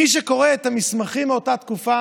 מי שקורא את המסמכים מאותה תקופה